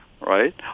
right